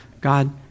God